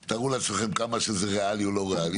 אפשר לתאר כמה זה לא ריאלי.